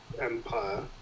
Empire